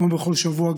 כמו בכל שבוע,